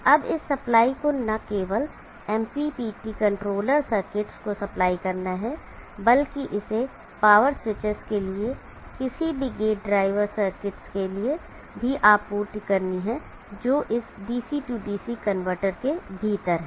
अब इस सप्लाई को न केवल MPPT कंट्रोलर सर्किटस को सप्लाई करना है बल्कि इसे पावर स्विचस के लिए किसी भी गेट ड्राइवर सर्किटस के लिए भी आपूर्ति करना है जोकि इस DC DC कनवर्टर के भीतर हैं